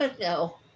No